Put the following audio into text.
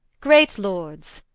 great lords,